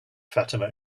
fatima